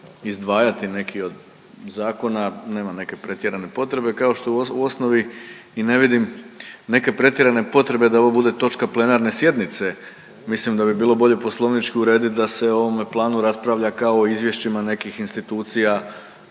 izdvajati neki od zakona nema neke pretjerane potrebe kao što u osnovi i ne vidim neke pretjerane potrebe da ovo bude točka plenarne sjednice. Mislim da bi bilo bolje poslovnički uredit da se o ovome planu raspravlja kao o izvješćima nekih institucija